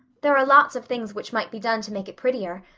there are lots of things which might be done to make it prettier.